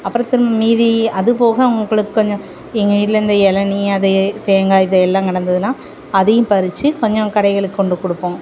அப்புறம் திரும்ப மீதி அது போக அவங்களுக்கு கொஞ்சம் எங்கள் வீட்டில் இந்த இளநி அது தேங்காய் இதெல்லாம் கிடந்ததுன்னா அதையும் பறிசத்து கொஞ்சம் கடைகளுக்கு கொண்டு கொடுப்போம்